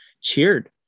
cheered